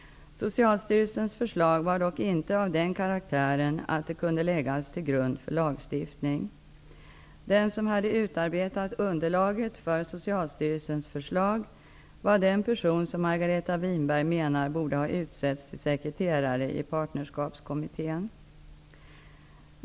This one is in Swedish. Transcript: Socialstyrelsens förslag var dock inte av den karaktären att det kunde läggas till grund för lagstiftning. Den som hade utarbetat underlaget för Margareta Winberg menar borde ha utsetts till sekreterare i Partnerskapskommittén.